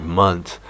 months